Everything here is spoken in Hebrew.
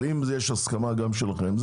אבל אם יש הסכמה גם שלכם,